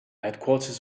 headquarters